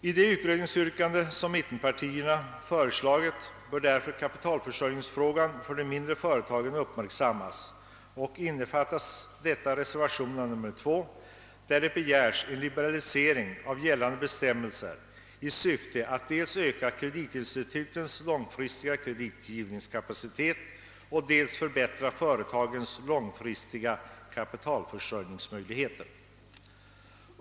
I den utredning som mittenpartierna har yrkat bör kapitalförsörjningsfrågan för de mindre företagen uppmärksammas. I reservationen 2 begäres utredning om en liberalisering av gällande bestämmelser i syfte att dels öka kreditinstitutens långfristiga kreditgivningskapacitet, dels förbättra företagens långfristiga kapitalförsörjningsmöjligheter.